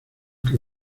que